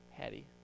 Patty